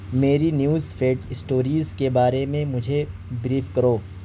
میری news feed stories کے بارے میں مجھے بریف کرو